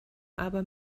aber